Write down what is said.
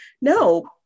no